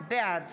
בעד